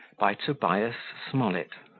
by tobias smollett